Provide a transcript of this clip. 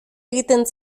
egiten